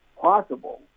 possible